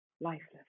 lifeless